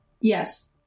Yes